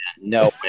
No